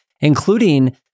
including